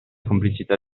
complicità